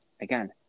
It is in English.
again